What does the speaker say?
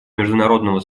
международного